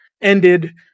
ended